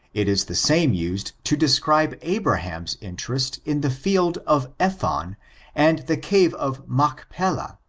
it is the same used to describe abraham's interest in the field of ephon and the cave of machpelah,